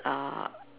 uh